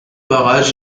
barrages